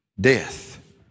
death